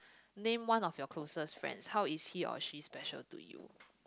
name one of your closest friends how is he or she special to you